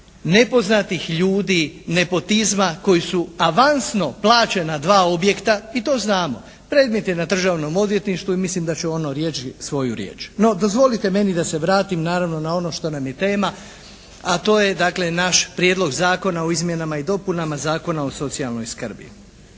nepoznatih ljudi, nepotizma koji su avansno plaćena dva objekta i to znamo. Predmet je na Državnom odvjetništvu i mislim da će ono reći svoju riječ. No, dozvolite meni da se vratim naravno na ono što nam je tema, a to je dakle, naš Prijedlog zakona o izmjenama i dopunama Zakona o socijalnoj skrbi.